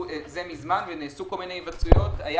זה מזמן ונעשו כל מיני היוועצויות.